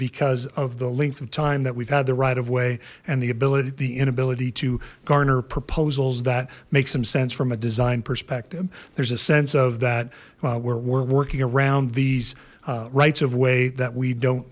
because of the length of time that we've had the right of way and the ability the inability to garner proposals that make some sense from a design perspective there's a sense of that where we're working around these rights of way that we don't